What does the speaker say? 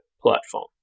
platform